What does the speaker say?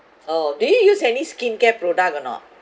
oh do you use any skincare product or not